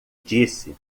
disse